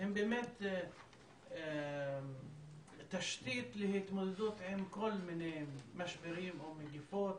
שהם באמת תשתית להתמודדות עם כל מיני משברים ומגפות,